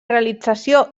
realització